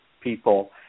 people